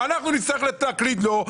אנחנו נצטרך להקליד לו,